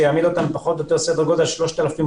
שיעמידו אותנו על סדר גודל של 3,000 חדרים,